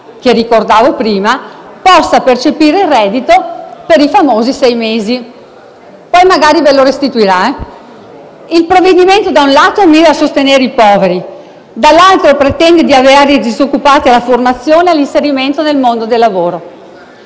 che ricordavo prima, possa quindi percepire il reddito per i famosi sei mesi, salvo poi magari restituirvelo. Il provvedimento, da un lato, mira a sostenere i poveri, dall'altro, pretende di avviare i disoccupati alla formazione e all'inserimento nel mondo nel lavoro.